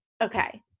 Okay